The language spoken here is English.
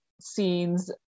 scenes